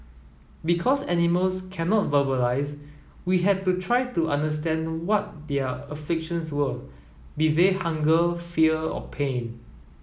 because animals cannot verbalise we had to try to understand what their afflictions were be they hunger fear or pain